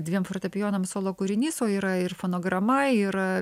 dviem fortepijonam solo kūrinys o yra ir fonograma yra